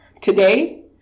Today